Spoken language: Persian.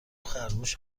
خرگوش